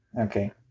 Okay